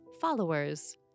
Followers